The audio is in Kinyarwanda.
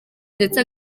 ndetse